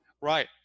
Right